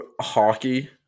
hockey